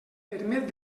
permet